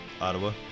Ottawa